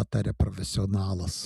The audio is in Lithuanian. pataria profesionalas